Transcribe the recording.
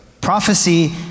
Prophecy